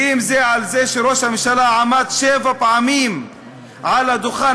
ואם בזה שראש הממשלה עמד שבע פעמים על הדוכן